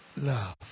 Love